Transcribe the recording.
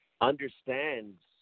understands